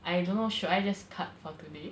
I don't know should I just cut for today